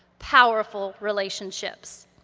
powerful relationships.